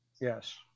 Yes